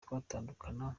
twatandukana